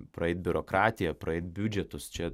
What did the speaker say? praeit biurokratiją praeit biudžetus čia